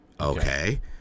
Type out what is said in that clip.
Okay